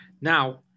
Now